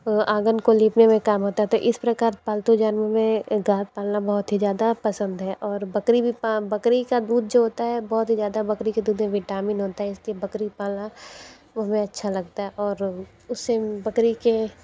आंगन को लीपने में काम आता है तो इस प्रकार पालतू जानवर में गाय पालना बहुत ही ज़्यादा पसंद है और बकरी भी बकरी का दूध जो होता है बहुत ही ज़्यादा बकरी के दूध में विटामिन होता है इसलिए बकरी पालना वो भी अच्छा लगता है और उसे बकरी के